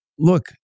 Look